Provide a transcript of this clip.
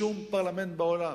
בשום פרלמנט בעולם.